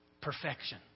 perfection